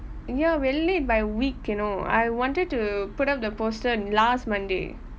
ya we're late by a week you know I wanted to put up the poster last monday